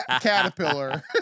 caterpillar